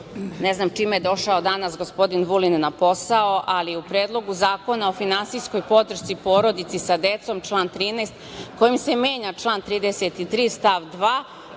znam čime je došao danas gospodin Vulin na posao, ali u predlogu Zakona o finansijskoj podršci porodici sa decom, član 13. kojim se menja član 33. stav 2.